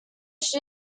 she